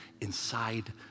inside